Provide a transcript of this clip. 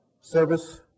service